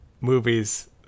movies